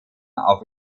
auf